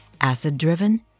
acid-driven